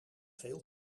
veel